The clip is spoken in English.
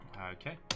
Okay